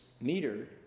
meter